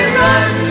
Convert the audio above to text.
run